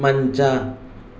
ಮಂಚ